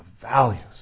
values